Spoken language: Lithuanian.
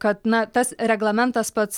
kad na tas reglamentas pats